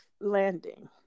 landing